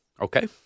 Okay